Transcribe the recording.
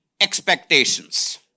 expectations